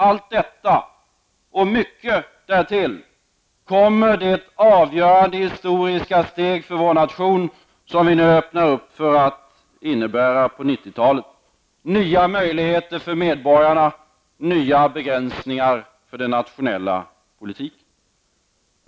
Allt detta och mycket därtill kommer att bli det avgörande historiska steg för vår nation som vi nu öppnar för och som på 90-talet kommer att innebära nya möjligheter för medborgarna och nya begränsningar för den nationella politiken.